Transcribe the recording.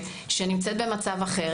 שנמצאת במצב אחר,